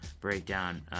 Breakdown